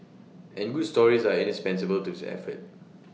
and good stories are indispensable to this effort